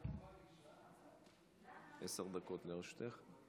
עשר דקות לרשותך.